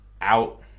out